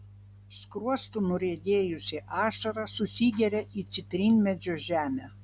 skruostu nuriedėjusi ašara susigeria į citrinmedžio žemę